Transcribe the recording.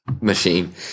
machine